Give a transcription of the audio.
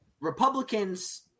Republicans